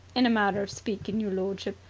in a manner of speaking, your lordship,